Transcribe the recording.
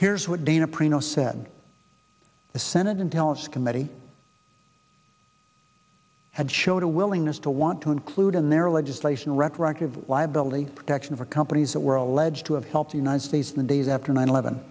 here's what dana perino said the senate intelligence committee had showed a willingness to want to include in their legislation retroactive liability protection for companies that were alleged to have helped the united states in the days after nine eleven